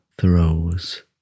throws